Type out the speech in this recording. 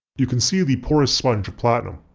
you can see the porous sponge of platinum.